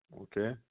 okay